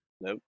Nope